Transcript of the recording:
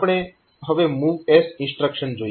આપણે હવે MOVS instruction જોઈએ